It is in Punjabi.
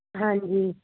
ਹਾਂਜੀ